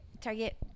target